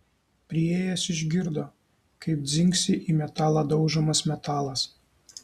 priėjęs išgirdo kaip dzingsi į metalą daužomas metalas